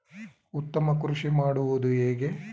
ಉತ್ತಮ ಕೃಷಿ ಮಾಡುವುದು ಹೇಗೆ?